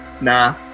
nah